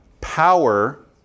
power